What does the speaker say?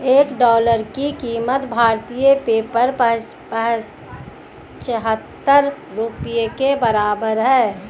एक डॉलर की कीमत भारतीय पेपर पचहत्तर रुपए के बराबर है